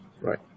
right